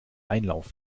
einlauf